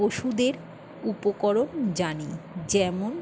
ওষুধের উপকরণ জানি যেমন